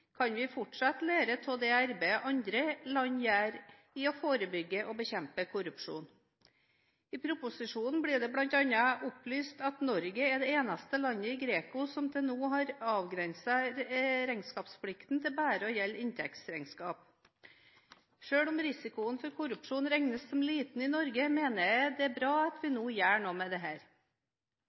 kan vi fortsatt lære av det arbeidet andre land gjør med å forebygge og bekjempe korrupsjon. I proposisjonen blir det bl.a. opplyst at Norge er det eneste landet i GRECO som til nå har avgrenset regnskapsplikten til bare å gjelde inntektsregnskap. Selv om risikoen for korrupsjon regnes som liten i Norge, mener jeg det er bra at vi nå gjør noe med